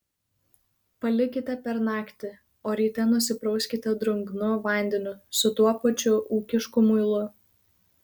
palikite per naktį o ryte nusiprauskite drungnu vandeniu su tuo pačiu ūkišku muilu